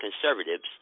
conservatives